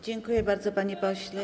Dziękuję bardzo, panie pośle.